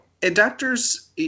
doctors